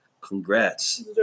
Congrats